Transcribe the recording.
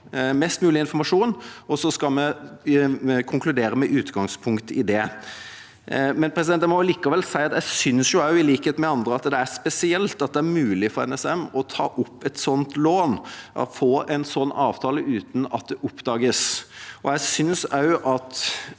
mest mulig informasjon, og så skal vi konkludere med utgangspunkt i det. Jeg må likevel si at jeg, i likhet med andre, synes det er spesielt at det er mulig for NSM å ta opp et sånt lån og få en sånn avtale uten at det oppdages, og det